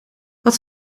wat